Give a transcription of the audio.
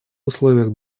условиях